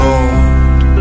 Lord